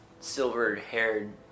silver-haired